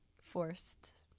forced